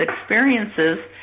experiences